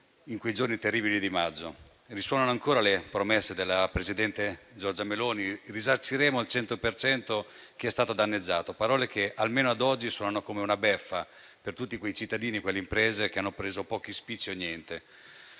in quei giorni terribili di maggio. Risuonano ancora le promesse della presidente Giorgia Meloni: "Risarciremo al 100 per cento chi è stato danneggiato". Sono parole che, almeno ad oggi, suonano come una beffa per tutti quei cittadini e quelle imprese che hanno preso pochi spicci o niente.